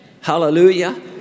Hallelujah